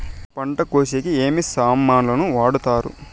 పంట కోసేకి ఏమి సామాన్లు వాడుతారు?